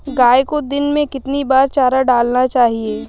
गाय को दिन में कितनी बार चारा डालना चाहिए?